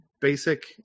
Basic